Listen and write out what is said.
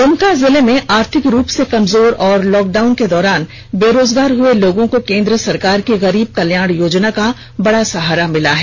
दुमका जिले में आर्थिक रूप से कमजोर और लॉकडाउन के दौरान बेरोजगार हुए लोगों को केंद्र सरकार की गरीब कल्याण योजना का बड़ा सहारा मिला है